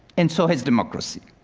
and so has democracy.